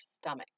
stomach